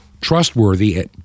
trustworthy